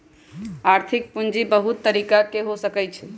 आर्थिक पूजी बहुत तरिका के हो सकइ छइ